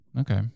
Okay